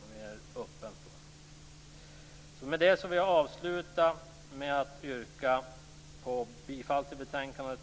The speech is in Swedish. Jag vill avslutningsvis yrka bifall till utskottets hemställan och avslag på reservationerna.